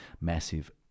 massive